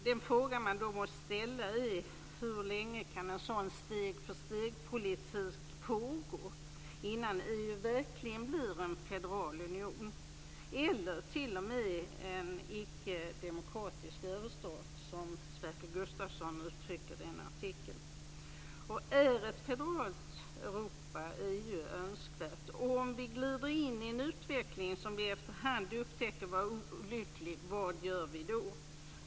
Den fråga man då måste ställa är: Hur länge kan en sådan steg-för-steg-politik pågå innan EU verkligen blir en federal union eller t.o.m. en ickedemokratisk överstat, som Sverker Gustavsson uttrycker det i en artikel. Är ett federalt Europa/EU önskvärt? Om vi glider in i en utveckling som vi efter hand upptäcker är olycklig, vad gör vi då?